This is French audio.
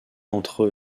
entre